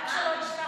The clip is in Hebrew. בבקשה.